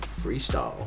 Freestyle